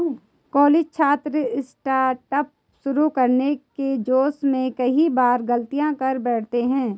college छात्र startup शुरू करने के जोश में कई बार गलतियां कर बैठते हैं